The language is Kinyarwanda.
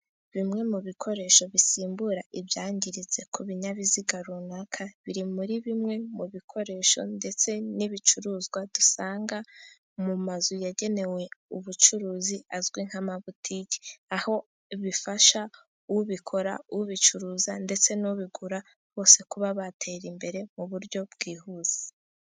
Bimwe mu bikoresho bisimbura ibyangiritse ku binyabiziga runaka, biri muri bimwe mu bikoresho ndetse n'ibicuruzwa dusanga mu mazu yagenewe ubucuruzi azwi nka mabotiki, aho bifasha ubikora, ubicuruza ndetse n'ubigura bose kuba batera imbere mu buryo bwihuse.